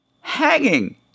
Hanging